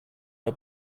not